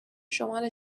شمال